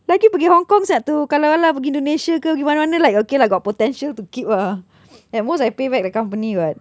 lagi pergi hong kong siak tu kalau pergi indonesia ke pergi mana mana like okay lah got potential to keep uh at most I pay back the company [what]